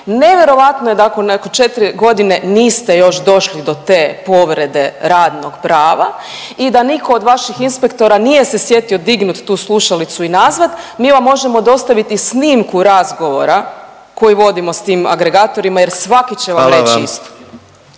nevjerojatno je da nakon četri godine niste još došli do te povrede radnog prava i da nitko od vaših inspektora nije se sjetio dignut tu slušalicu i nazvat. Mi vam možemo dostaviti snimku razgovora koji vodimo s tim agregatorima jer svaki će vam reći istinu.